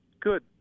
good